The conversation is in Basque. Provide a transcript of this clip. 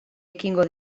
ekingo